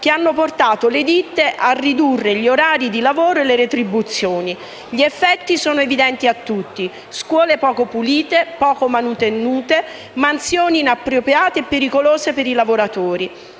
che hanno portato le ditte a ridurre gli orari di lavoro e le retribuzioni. Gli effetti sono evidenti a tutti: scuole poco pulite, poco manutenute, mansioni inappropriate e pericolose per i lavoratori.